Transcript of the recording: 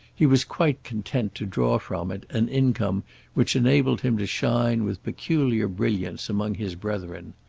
he was quite content to draw from it an income which enabled him to shine with peculiar brilliance among his brethren.